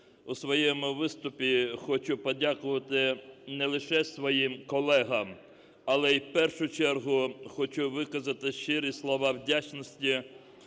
У своєму виступі хочу подякувати не лише своїм колегам, але і в першу чергу хочу виказати щирі слова вдячності